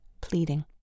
pleading